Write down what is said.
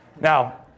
Now